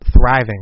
thriving